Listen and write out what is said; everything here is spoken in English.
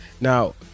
Now